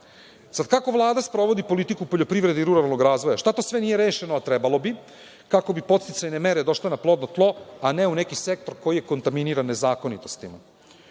Sad, kako Vlada sprovodi politiku poljoprivrede i ruralnog razvoja? Šta to sve nije rešeno, a trebalo bi, kako bi podsticajne mere došle na plodno tlo, a ne u neki sektor koji je kontaminiran nezakonitostima? Problem